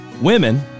women